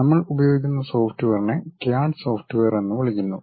നമ്മൾ ഉപയോഗിക്കുന്ന സോഫ്റ്റ്വെയറിനെ ക്യാഡ് സോഫ്റ്റ്വെയർ എന്ന് വിളിക്കുന്നു